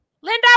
Linda